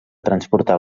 transportar